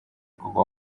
kuguma